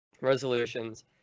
resolutions